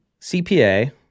CPA